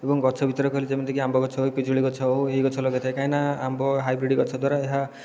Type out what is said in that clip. ଏବଂ ଗଛ ଭିତରେ କହିଲେ ଯେମିତିକି ଆମ୍ବ ଗଛ ପିଜୁଳି ଗଛ ହେଉ ଏହି ଗଛ ଲଗାଇଥାଏ କାହିଁକିନା ଆମ୍ବ ହାଇବ୍ରିଡ଼ ଗଛ ଦ୍ୱାରା ଏହା